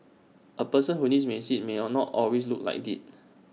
A person who needs A seat may are not always look like IT